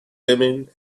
women